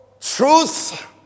truth